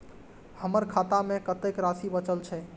हमर खाता में कतेक राशि बचल छे?